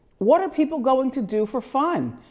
what are people going to do for fun,